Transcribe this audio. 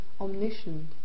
omniscient